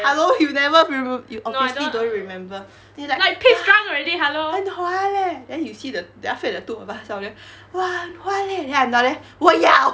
hello are never remem~ you obviously don't remember it's like 哇很滑 leh then you see the then after that the two of us down there 哇很滑 leh 我要